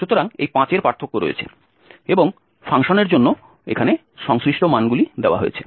সুতরাং এই 5 এর পার্থক্য রয়েছে এবং ফাংশনের জন্য এখানে সংশ্লিষ্ট মানগুলি দেওয়া হয়েছে